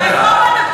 רפורמת,